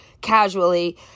casually